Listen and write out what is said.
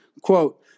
Quote